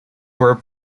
were